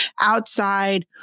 outside